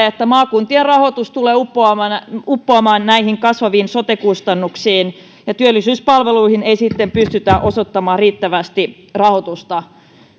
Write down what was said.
että maakuntien rahoitus tulee uppoamaan näihin kasvaviin sote kustannuksiin ja työllisyyspalveluihin ei sitten pystytä osoittamaan riittävästi rahoitusta